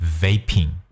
vaping